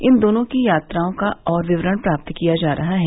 इन लोगों की यात्राओं का और विवरण प्राप्त किया जा रहा है